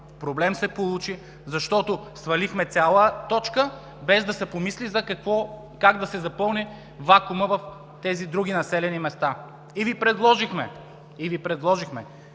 Проблем се получи, защото свалихме цяла точка, без да се помисли как да се запълни вакуумът в тези други населени места. И Ви предложихме